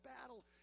battle